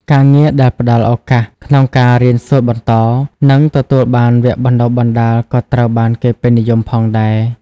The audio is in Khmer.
ការងារដែលផ្ដល់ឱកាសក្នុងការរៀនសូត្របន្ត និងទទួលបានវគ្គបណ្ដុះបណ្ដាល ក៏ត្រូវបានគេពេញនិយមផងដែរ។